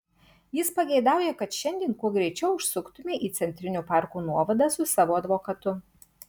jis pageidauja kad šiandien kuo greičiau užsuktumei į centrinio parko nuovadą su savo advokatu